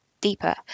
deeper